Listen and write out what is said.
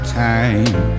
time